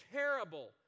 terrible